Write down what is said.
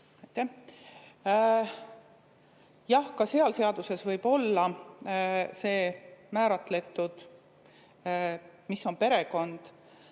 Jah, ka seal seaduses võib olla see määratletud, mis on perekond.